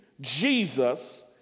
Jesus